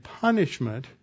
punishment